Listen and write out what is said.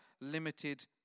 limited